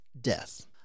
death